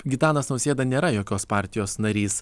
gitanas nausėda nėra jokios partijos narys